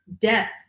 Death